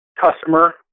customer